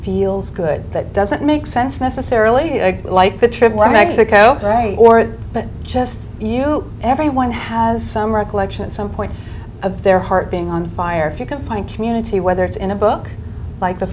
feels good that doesn't make sense necessarily like the trip to mexico right or but just you everyone has some recollection at some point of their heart being on fire if you can find community whether it's in a book like the